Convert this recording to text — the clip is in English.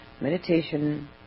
Meditation